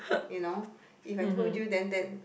you know if I told you then then